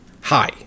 Hi